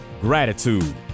gratitude